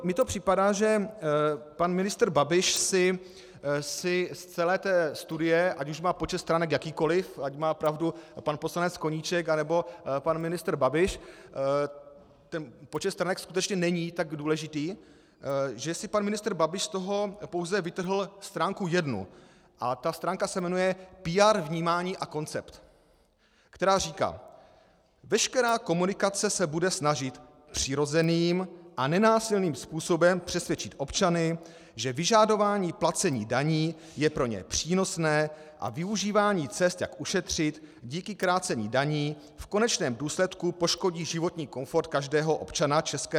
Mně to připadá, že pan ministr Babiš si z celé studie, ať už má počet stránek jakýkoliv, ať má pravdu pan poslanec Koníček, anebo pan ministr Babiš, ten počet stránek skutečně není tak důležitý, že si pan ministr Babiš z toho pouze vytrhl stránku jednu a ta stránka se jmenuje PR vnímání a koncept, která říká: Veškerá komunikace se bude snažit přirozeným a nenásilným způsobem přesvědčit občany, že vyžadování placení daní je pro ně přínosné a využívání cest, jak ušetřit díky krácení daní v konečném důsledku poškodí životní komfort každého občana ČR.